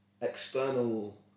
external